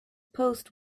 post